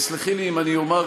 ותסלחי לי אם אני אומר,